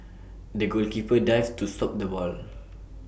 the goalkeeper dived to stop the ball